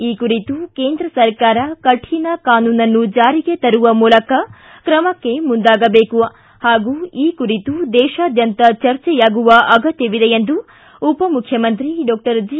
ಈ ಕುರಿತು ಕೇಂದ್ರ ಸರ್ಕಾರ ಕಠಿಣ ಕಾನೂನನ್ನು ಜಾರಿಗೆ ತರುವ ಮೂಲಕ ಕ್ರಮಕ್ಷೆ ಮುಂದಾಗಬೇಕು ಹಾಗೂ ಈ ಕುರಿತು ದೇಶಾದ್ಯಂತ ಚರ್ಚೆಯಾಗುವ ಅಗತ್ಯವಿದೆ ಎಂದು ಉಪಮುಖ್ಯಮಂತ್ರಿ ಡಾಕ್ಟರ್ ಜಿ